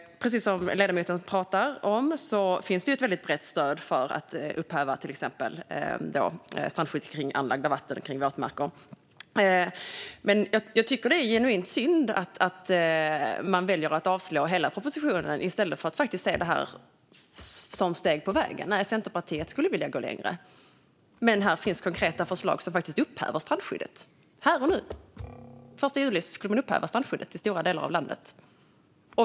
Precis som ledamoten pratar om finns det ett väldigt brett stöd för att upphäva till exempel strandskyddet kring anlagda vatten och kring våtmarker. Men jag tycker att det är genuint synd att man väljer att avstyrka hela propositionen i stället för att faktiskt se detta som steg på vägen. Centerpartiet skulle vilja gå längre, men här finns konkreta förslag som faktiskt upphäver strandskyddet här och nu. Den 1 juli skulle man upphäva strandskyddet i stora delar av landet.